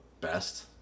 Best